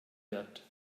wird